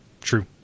true